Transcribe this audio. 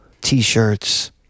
T-shirts